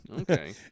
okay